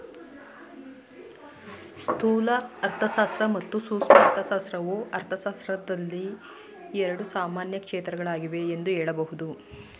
ಸ್ಥೂಲ ಅರ್ಥಶಾಸ್ತ್ರ ಮತ್ತು ಸೂಕ್ಷ್ಮ ಅರ್ಥಶಾಸ್ತ್ರವು ಅರ್ಥಶಾಸ್ತ್ರದಲ್ಲಿ ಎರಡು ಸಾಮಾನ್ಯ ಕ್ಷೇತ್ರಗಳಾಗಿವೆ ಎಂದು ಹೇಳಬಹುದು